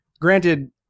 granted